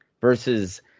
versus